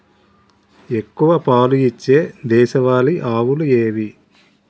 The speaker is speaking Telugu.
ఎక్కువ పాలు ఇచ్చే దేశవాళీ ఆవులు ఏవి?